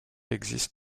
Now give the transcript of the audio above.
existent